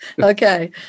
Okay